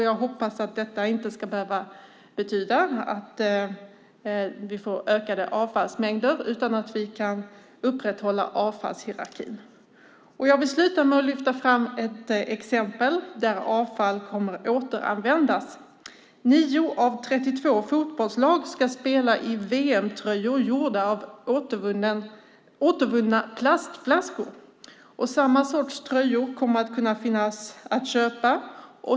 Jag hoppas att detta inte ska behöva betyda att vi får ökade avfallsmängder utan att vi kan upprätthålla avfallshierarkin. Jag vill sluta med att lyfta fram ett exempel där avfall kommer att återanvändas: 9 av 32 fotbollslag ska spela i VM-tröjor gjorda av återvunna plastflaskor. Samma sorts tröjor kommer att finnas att köpa.